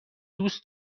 دوست